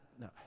No